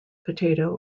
potato